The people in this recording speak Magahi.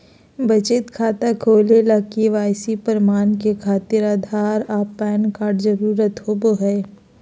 बचत खाता खोले ला के.वाइ.सी प्रमाण के खातिर आधार आ पैन कार्ड के जरुरत होबो हइ